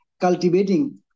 cultivating